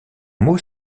mot